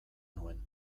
nuen